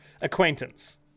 acquaintance